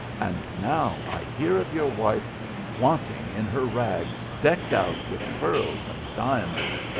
and now i hear of your wife flaunting in her rags decked out with pearls and diamonds.